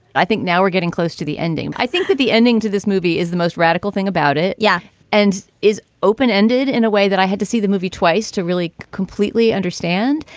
i think now we're getting close to the ending. i think that the ending to this movie is the most radical thing about it. yeah. and is open ended in a way that i had to see the movie twice to really completely understand.